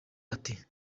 ati